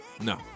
No